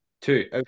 Two